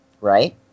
right